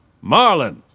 Marlin